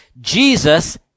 Jesus